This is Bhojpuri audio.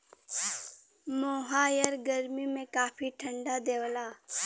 मोहायर गरमी में काफी ठंडा देवला